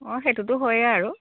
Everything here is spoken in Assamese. অঁ সেইটোটো হয়ে আৰু